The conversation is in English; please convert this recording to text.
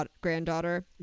granddaughter